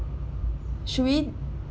should we